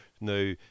Now